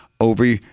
over